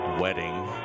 wedding